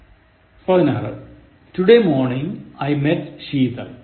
16 Today morning I met Sheetal